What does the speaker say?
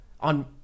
On